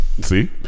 See